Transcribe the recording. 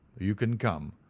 you can come,